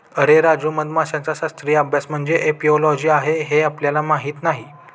अरे राजू, मधमाशांचा शास्त्रीय अभ्यास म्हणजे एपिओलॉजी आहे हे आपल्याला माहीत नाही